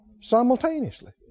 simultaneously